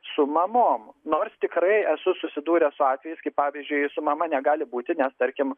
su mamom nors tikrai esu susidūręs su atvejais kai pavyzdžiui su mama negali būti nes tarkim